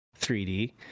3D